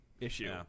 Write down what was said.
issue